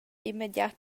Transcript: immediat